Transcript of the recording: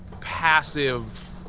passive